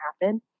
happen